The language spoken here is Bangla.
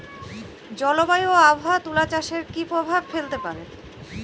জলবায়ু ও আবহাওয়া তুলা চাষে কি প্রভাব ফেলতে পারে?